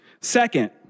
Second